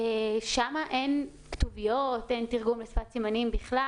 שם אין כתוביות, אין תרגום לשפת סימנים בכלל.